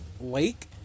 lake